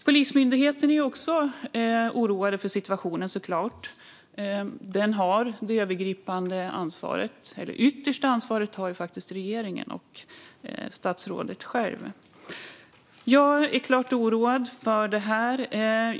Polismyndigheten är såklart också oroad över situationen. De har det övergripande ansvaret, men det yttersta ansvaret har faktiskt regeringen och statsrådet själv. Jag är klart oroad över detta.